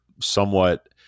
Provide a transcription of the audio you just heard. somewhat